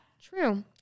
True